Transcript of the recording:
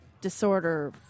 disorder